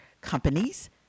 companies